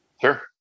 Sure